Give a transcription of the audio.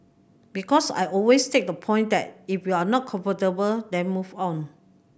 because I always take the point that if you're not comfortable then move on